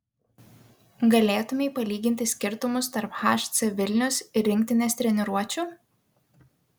galėtumei palyginti skirtumus tarp hc vilnius ir rinktinės treniruočių